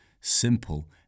simple